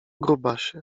grubasie